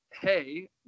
hey